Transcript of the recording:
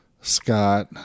Scott